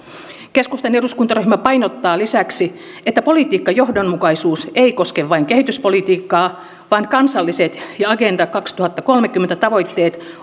keskustan eduskuntaryhmä painottaa lisäksi että politiikkajohdonmukaisuus ei koske vain kehityspolitiikkaa vaan kansalliset ja agenda kaksituhattakolmekymmentä tavoitteet